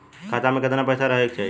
खाता में कितना पैसा रहे के चाही?